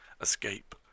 escape